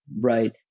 right